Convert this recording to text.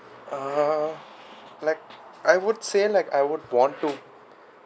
uh like I would say like I would want to